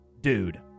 dude